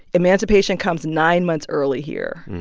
emancipation comes nine months early here,